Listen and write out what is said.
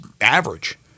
average